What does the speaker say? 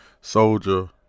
soldier